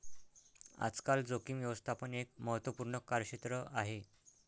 आजकाल जोखीम व्यवस्थापन एक महत्त्वपूर्ण कार्यक्षेत्र आहे